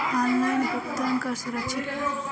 Online भुगतान का सुरक्षित बा?